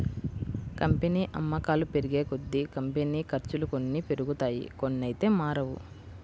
company అమ్మకాలు పెరిగేకొద్దీ, company ఖర్చులు కొన్ని పెరుగుతాయి కొన్నైతే మారవు